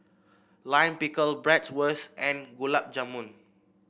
Lime Pickle Bratwurst and Gulab Jamun